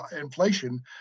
inflation